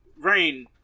Rain